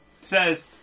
says